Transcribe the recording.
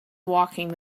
walking